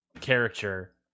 Character